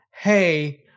hey